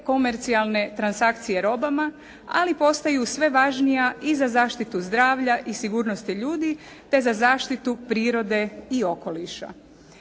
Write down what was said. komercijalne transakcije robama ali postaju sve važnija i za zaštitu zdravlja i sigurnosti ljudi te za zaštitu prirode i okoliša.